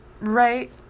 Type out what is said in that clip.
right